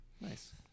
Nice